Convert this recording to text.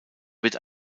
wird